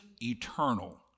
eternal